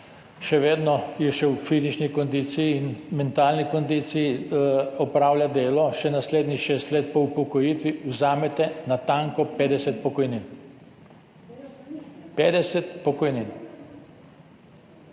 še vedno v fizični kondiciji in mentalni kondiciji, opravlja delo še naslednjih šest let po upokojitvi, vzamete natanko 50 pokojnin. 50 pokojnin.